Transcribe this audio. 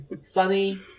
Sunny